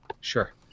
Sure